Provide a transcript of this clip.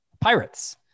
Pirates